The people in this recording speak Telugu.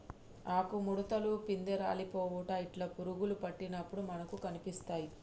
ఆకు ముడుతలు, పిందె రాలిపోవుట ఇట్లా పురుగులు పట్టినప్పుడు మనకు కనిపిస్తాయ్